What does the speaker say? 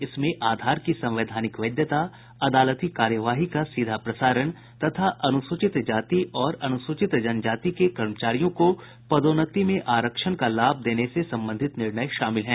इनमें आधार की संवैधानिक वैधता अदालती कार्यवाही का सीधा प्रसारण तथा अनुसूचित जाति और अनुसूचित जनजाति के कर्मचारियों को पदोन्नति में आरक्षण लाभ देने से संबंधित निर्णय शामिल हैं